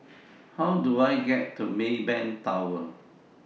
How Do I get to Maybank Tower